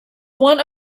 one